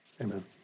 Amen